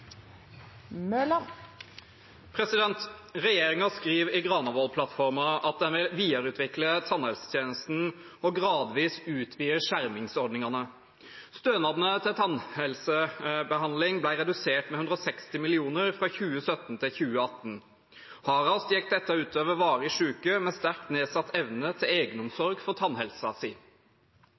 redusert med 160 mill. kroner fra 2017 til 2018. Hardest gikk dette ut over varig syke med sterkt nedsatt evne til egenomsorg for